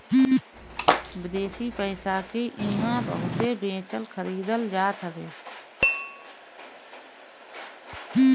विदेशी पईसा के इहां बहुते बेचल खरीदल जात हवे